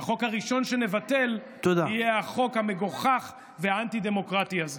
החוק הראשון שנבטל יהיה החוק המגוחך והאנטי-דמוקרטי הזה.